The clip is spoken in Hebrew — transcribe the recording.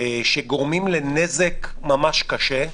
במדינת ישראל, שגורמים לנזק ממש קשה,